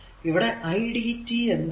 ഇവിടെ idt എന്താണ്